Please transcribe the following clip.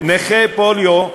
נכה פוליו,